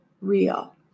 real